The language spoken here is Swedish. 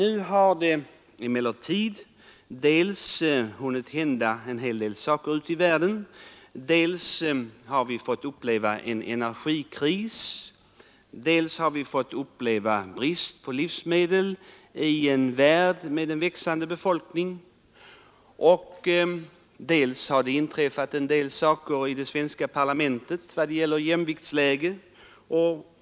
Nu har det emellertid hunnit hända en rad saker ute i världen. Dels har vi fått uppleva en energikris, dels har vi fått uppleva brist på livsmedel i en värld med växande befolkning. Dessutom har det inträffat i det svenska parlamentet att vi fått ett jämviktsläge.